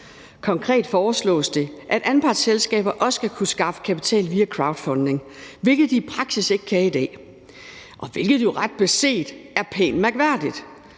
Konkret foreslås det, at anpartsselskaber også skal kunne skaffe kapital via crowdfunding, hvilket de i praksis ikke kan i dag, og hvilket jo ret beset er pænt mærkværdigt,